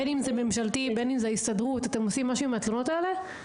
האם אתם עושים משהו עם התלונות האלה?